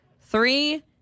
Three